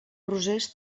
rosers